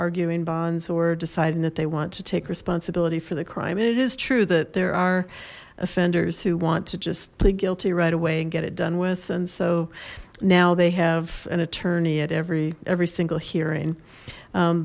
arguing bonds or deciding that they want to take responsibility for the crime and it is true that there are offenders who want to just plead guilty right away and get it done with and so now they have an attorney at every every single he